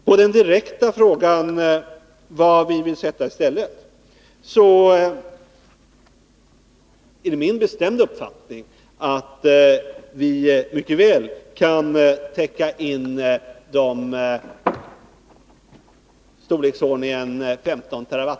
På den direkta frågan om vad vi vill sätta i stället kan jag säga att det är min bestämda uppfattning att vi mycket väl kan täcka in de ungefär 15 TWh -— ja, det ärt.o.m.